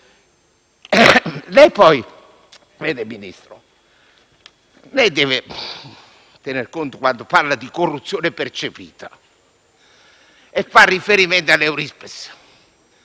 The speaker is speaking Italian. Signor Ministro, lei deve tenere conto, quando parla di corruzione percepita e fa riferimento all'Eurispes,